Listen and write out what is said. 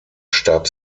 starb